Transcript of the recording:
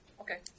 Okay